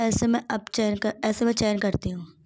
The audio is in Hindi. ऐसे में अब चयन कर ऐसे में चयन करती हूँ